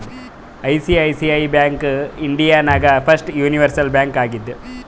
ICICI bank India ನಾಗ್ first universal bank ಆಗಿದ್ದು